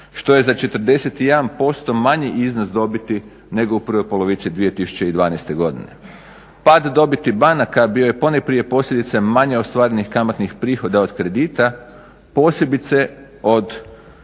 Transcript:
što je za 41% manji iznos dobiti nego u prvoj polovici 2012.godine. Pad dobiti banaka bio je ponajprije posljedica manje ostvarenih kamatnih prihoda od kredita posebice od